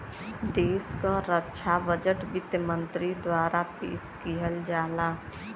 देश क रक्षा बजट वित्त मंत्री द्वारा पेश किहल जाला